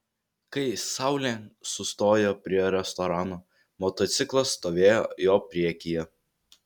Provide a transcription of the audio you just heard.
kai saulė sustojo prie restorano motociklas stovėjo jo priekyje